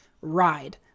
ride